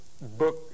book